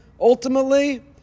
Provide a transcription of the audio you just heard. ultimately